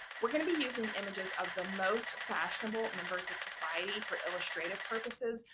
we're going to be using images of the most fashionable members of society for illustrative purposes,